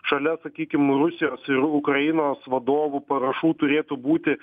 šalia sakykim rusijos ir ukrainos vadovų parašų turėtų būti